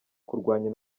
kurwanya